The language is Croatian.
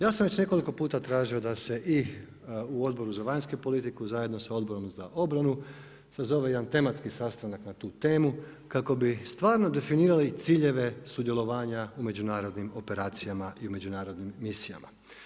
Ja sam već nekoliko puta tražio da se i u Odboru za vanjsku politiku, zajedno sa Odborom za obranu sazove jedan tematski sastanak na tu temu kako bi stvarno definirali ciljeve sudjelovanja u međunarodnim operacijama i u međunarodnim misijama.